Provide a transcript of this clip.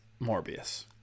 Morbius